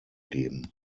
geben